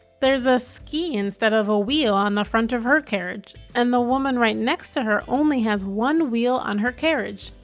there's a ski instead of a wheel on the front of her carriage and the woman right next to her only has one wheel on her carriage.